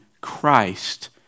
Christ